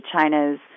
China's